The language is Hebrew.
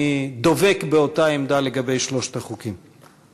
אני דבק באותה עמדה לגבי שלושת החוקים.